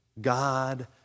God